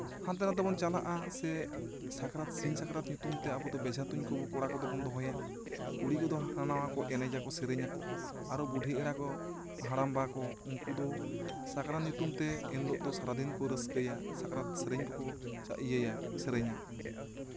ᱦᱟᱱᱛᱮ ᱱᱟᱛᱮ ᱵᱚᱱ ᱪᱟᱞᱟᱜᱼᱟ ᱥᱮ ᱥᱤᱧ ᱥᱟᱠᱨᱟᱛ ᱧᱩᱛᱩᱢᱛᱮ ᱟᱵᱚ ᱫᱚ ᱵᱳᱡᱷᱟ ᱛᱩᱧ ᱠᱚᱲᱟ ᱠᱚᱫᱚ ᱵᱚᱱ ᱫᱚᱦᱚᱭᱟ ᱠᱩᱲᱤ ᱠᱚᱫᱚ ᱦᱟᱱᱟ ᱱᱟᱣᱟ ᱠᱚ ᱮᱱᱮᱡ ᱟᱠᱚ ᱥᱮᱨᱮᱧ ᱟᱠᱚ ᱟᱨᱚ ᱵᱩᱰᱷᱤ ᱮᱨᱟ ᱠᱚ ᱦᱟᱲᱟᱢᱵᱟ ᱠᱚ ᱟᱨᱚ ᱩᱱᱠᱩ ᱫᱚ ᱥᱟᱠᱨᱟᱛ ᱧᱩᱛᱩᱢ ᱛᱮ ᱮᱱᱦᱤᱞᱳᱜ ᱫᱚ ᱥᱟᱨᱟᱫᱤᱱ ᱠᱚ ᱨᱟᱹᱥᱠᱟᱹᱭᱟ ᱥᱟᱠᱨᱟᱛ ᱥᱮᱨᱮᱧ ᱠᱚᱠᱚ ᱤᱭᱟᱹᱭᱟ ᱥᱮᱨᱮᱧᱟ